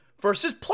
versus